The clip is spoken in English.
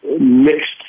mixed